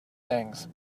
things